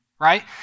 right